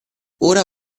ora